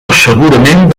segurament